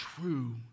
true